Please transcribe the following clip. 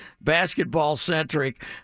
basketball-centric